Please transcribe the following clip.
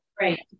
right